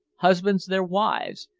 husbands their wives,